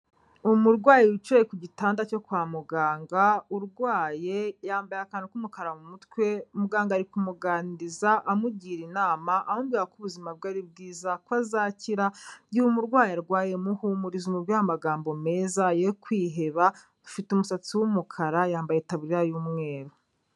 Umurwayi wicaye ku gitanda cyo kwa muganga urwaye, yambaye akantu k'umukara mu mutwe, muganga ari kumuganiriza amugira inama amubwira ko ubuzima bwe ari bwiza ko azakira, igihe umurwayi arwaye muhumurize umubwire amagambo meza ye kwiheba, afite umusatsi w'umukara yambaye itaburiya y'umweru.